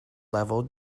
level